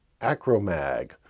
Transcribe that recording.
Acromag